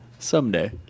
Someday